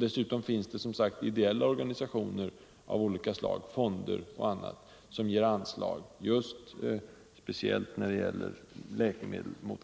Dessutom finns det, som sagts, ideella organisationer av olika slag, fonder och annat, som ger anslag speciellt när det gäller